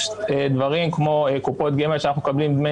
יש דברים כמו קופות גמל שאנחנו מקבלים דמי